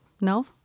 No